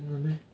真的 meh